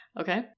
okay